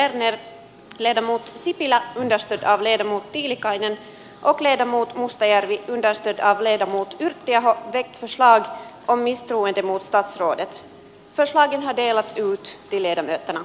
saatuaan valtioneuvoston tiedonannon eduskunta ei hyväksy siinä esitettyä suomen osallistumista espanjan pankkisektorin pääomittamiseen ja leda muutkin diana ei tislata komistui toteaa että tästä syystä hallitus ei nauti eduskunnan luottamusta